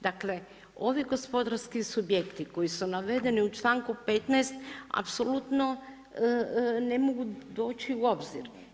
Dakle ovi gospodarski subjekti koji su navedeni u članku 15. apsolutno ne mogu doći u obzir.